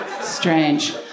Strange